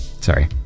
sorry